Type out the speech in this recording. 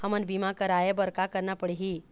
हमन बीमा कराये बर का करना पड़ही?